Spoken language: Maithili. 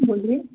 बोलिए